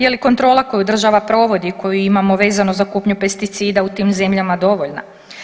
Je li kontrola koju država provodi i koju imamo vezano za kupnju pesticida u tim zemljama dovoljna?